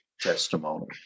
testimony